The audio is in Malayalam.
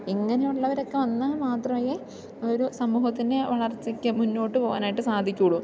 ഇങ്ങനെയുള്ളവരൊക്കെ വന്നാൽ മാത്രമേ ഒരു സമൂഹത്തിനെ വളർച്ചയ്ക്ക് മുന്നോട്ടു പോകാനായിട്ട് സാധിക്കുകയുള്ളൂ